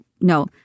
no